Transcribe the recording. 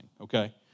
Okay